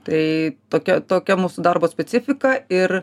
tai tokia tokia mūsų darbo specifika ir